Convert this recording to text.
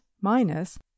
minus